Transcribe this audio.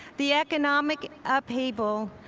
the economic upheaval,